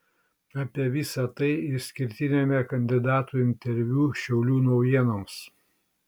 apie visa tai išskirtiniame kandidatų interviu šiaulių naujienoms